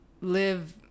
live